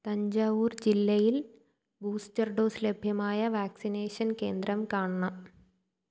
തഞ്ചാവൂർ ജില്ലയിൽ booster dose ലഭ്യമായ vaccination കേന്ദ്രം കാണണം